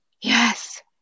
yes